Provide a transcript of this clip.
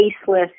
faceless